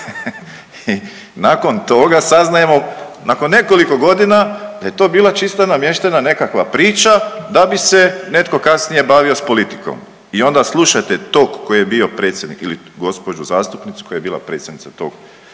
I nakon toga saznajemo, nakon nekoliko godina da je to bila čista namještena nekakva priča da bi se netko kasnije bavio s politikom. I onda slušajte tog koji je bio predsjednik ili gospođu zastupnicu koja je bila predsjednica tog